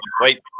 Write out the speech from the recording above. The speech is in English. wait